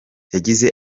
yagize